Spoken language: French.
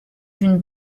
une